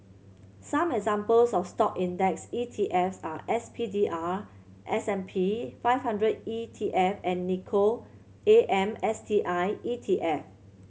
some examples of Stock index E T F s are S P D R S and P five hundred E T F and Nikko A M S T I E T F